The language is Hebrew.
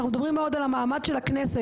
אנחנו מדברים מאוד על המעמד של הכנסת.